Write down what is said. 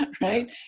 Right